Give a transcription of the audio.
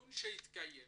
בדיון שהתקיים